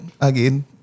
Again